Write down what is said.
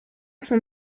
sont